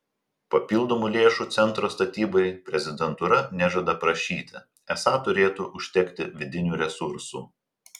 papildomų lėšų centro statybai prezidentūra nežada prašyti esą turėtų užtekti vidinių resursų